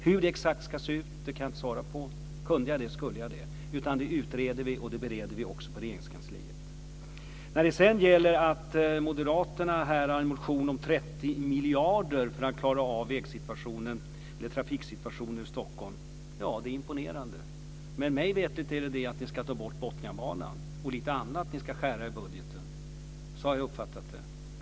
Hur det exakt ska se ut kan jag inte svara på - kunde jag det så skulle jag det - utan det utreder vi, och det bereder vi också på Regeringskansliet. Vad sedan gäller att moderaterna här har en motion om 30 miljarder för att klara av trafiksituationen i Stockholm - ja, det är imponerande. Men mig veterligt kommer det sig av att de ska ta bort Botniabanan och lite annat som ska skäras bort i budgeten. Så har jag uppfattat det.